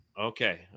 Okay